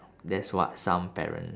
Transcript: that's what some parents